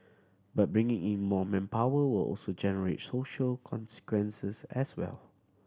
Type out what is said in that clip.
but bringing in more manpower will also generate social consequences as well